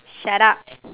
shut up